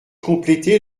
compléter